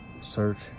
Search